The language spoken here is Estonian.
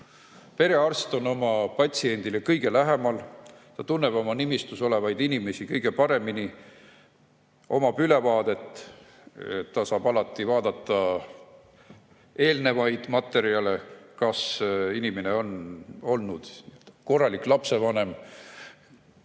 Perearst on oma patsiendile kõige lähemal, ta tunneb oma nimistus olevaid inimesi kõige paremini ja tal on ülevaade. Ta saab alati vaadata eelnevaid materjale, kust on näha, kas inimene on olnud korralik lapsevanem,